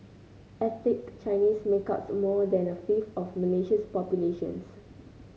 ethnic Chinese make up more than a fifth of Malaysia's population